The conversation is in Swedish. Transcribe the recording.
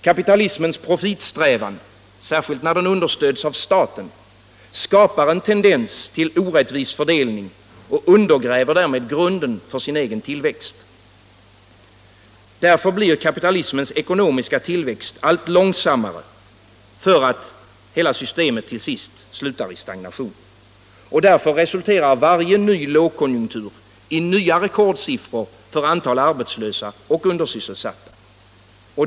Kapitalismens profitsträvan, särskilt när denna understöds av staten, skapar en tendens till orättvis fördelning och undergräver därmed grunden för sin egen tillväxt. Därför utvecklas kapitalismens ekonomiska tillväxt allt långsammare för att till sist stagnera. Därför resulterar varje ny lågkonjunktur i nya rekordsiffror för antalet arbetslösa och undersysselsatta.